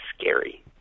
scary